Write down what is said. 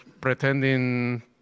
pretending